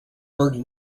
burden